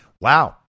Wow